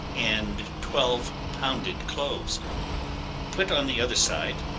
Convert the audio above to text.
and twelve pounded cloves put on the other side,